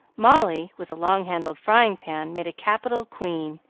molly, with a long-handled frying-pan, made a capital queen,